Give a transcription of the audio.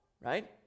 Right